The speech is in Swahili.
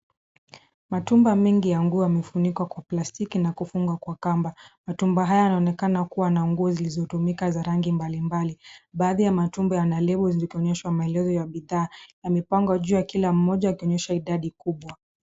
Matumba mingi ya nguo yamefunikwa kwa plastiki na kufungwa Kwa kamba. Matumba haya yanaonekana na nguo zilizotumika za rangi mbalimbali, baadhi ya matumba yana level zikionyeshwa maelezo ya bidhaa na mipango juu ya kila moja yakionyesha idadi kubwa.